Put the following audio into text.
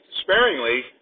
sparingly